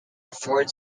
afford